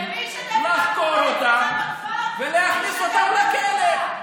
ומי ישתף איתם פעולה אצלכם בכפר?